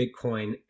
Bitcoin